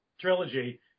trilogy